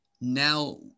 now